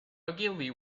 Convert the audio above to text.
ogilvy